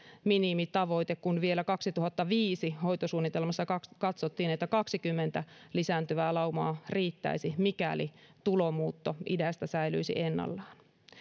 minimitavoite kun vielä kaksituhattaviisi hoitosuunnitelmassa katsottiin että kaksikymmentä lisääntyvää laumaa riittäisi mikäli tulomuutto idästä säilyisi ennallaan